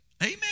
Amen